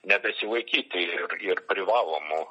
nebesilaikyti ir ir privalomų